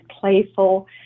playful